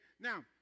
Now